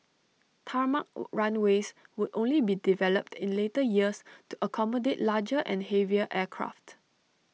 tarmac runways would only be developed in later years to accommodate larger and heavier aircraft